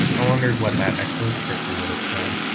i wonder what that excellent person would have said?